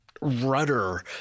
rudder